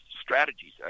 strategies